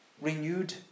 renewed